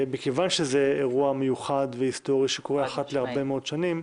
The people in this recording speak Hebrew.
מכיוון שזה אירוע מיוחד והיסטורי שקורה אחת להרבה מאוד שנים,